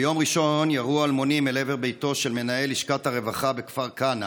ביום ראשון ירו אלמונים לעבר ביתו של מנהל לשכת הרווחה בכפר כנא.